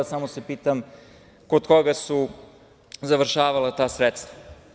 Samo se pitam, kod koga su završavala ta sredstva?